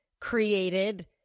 created